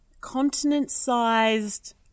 continent-sized